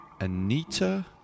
Anita